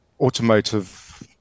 automotive